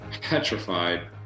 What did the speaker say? petrified